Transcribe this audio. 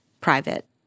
private